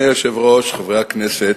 אדוני היושב-ראש, חברי הכנסת,